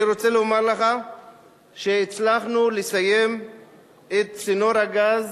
אני רוצה לומר לך שהצלחנו לסיים את צינור הגז